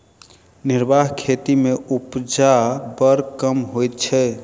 निर्वाह खेती मे उपजा बड़ कम होइत छै